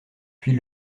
puis